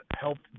helped